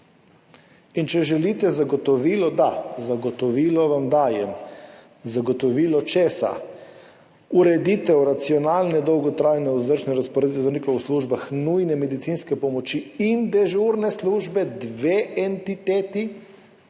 Če želite zagotovilo, da, zagotovilo vam dajem. Zagotovilo česa? Ureditev racionalne, dolgotrajne, vzdržne razporeditve zdravnikov v službah nujne medicinske pomoči in dežurne službe, 2 entiteti,